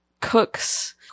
cooks